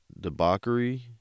debauchery